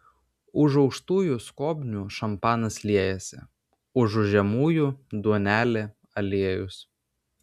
už aukštųjų skobnių šampanas liejasi užu žemųjų duonelė aliejus